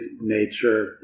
nature